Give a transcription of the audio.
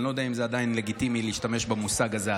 אני לא יודע אם זה עדיין לגיטימי להשתמש במושג הזה,